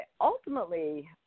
Ultimately